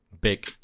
big